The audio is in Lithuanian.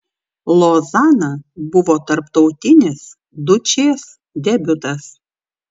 lozana buvo tarptautinis dučės debiutas